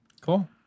Cool